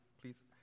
please